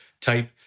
type